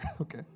Okay